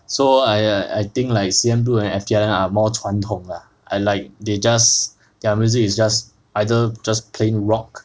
so I I think like C_N blue and F_T island are more 传统 lah I like they just their music is just either just plain rock